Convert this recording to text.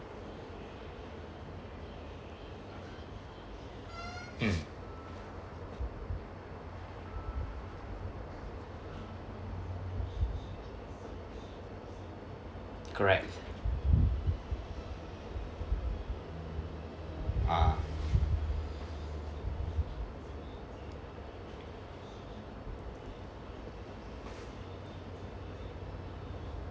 mm correct ah